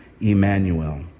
Emmanuel